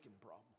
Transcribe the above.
problem